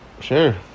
sure